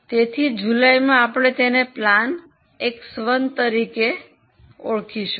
તેથી જુલાઈમાં આપણે તેને પ્લાન X1 તરીકે ઓળખીશું